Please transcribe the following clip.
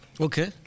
Okay